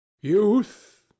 Youth